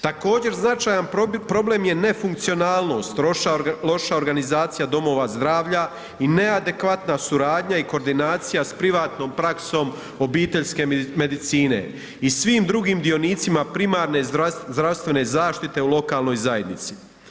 Također, značajan problem je nefunkcionalnost, loša organizacija domova zdravlja i neadekvatna suradnja i koordinacija s privatno praksom obiteljske medicine i svim drugim dionicima primarne zdravstvene zaštite u lokalnoj zajednici.